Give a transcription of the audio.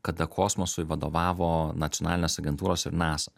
kada kosmosui vadovavo nacionalinės agentūros ir nasa